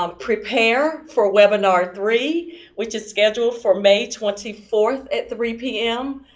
um prepare for webinar three which is scheduled for may twenty four at three pm.